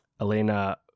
Elena